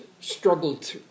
struggled